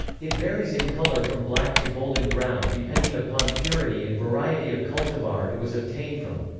it varies in color from black to golden brown depending upon purity and variety of cultivar it was obtained from.